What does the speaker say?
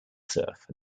surf